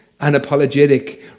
Unapologetic